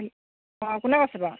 অঁ কোনে কৈছে বাৰু